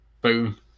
Boom